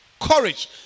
courage